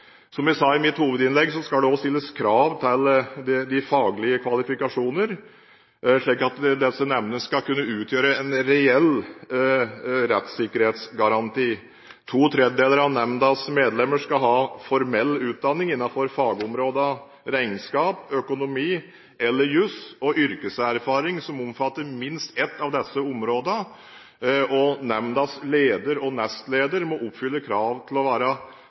Som jeg sa i mitt hovedinnlegg, skal det også stilles krav til de faglige kvalifikasjoner, slik at disse nemndene skal kunne utgjøre en reell rettssikkerhetsgaranti. To tredjedeler av nemndas medlemmer skal ha formell utdanning innenfor fagområdene regnskap, økonomi eller juss, og yrkeserfaring som omfatter minst ett av disse områdene, og nemndas leder og nestleder må oppfylle krav til å være